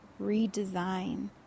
redesign